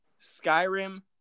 Skyrim